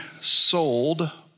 sold